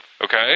Okay